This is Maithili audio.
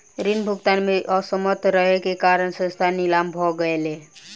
ऋण भुगतान में असमर्थ रहै के कारण संस्थान नीलाम भ गेलै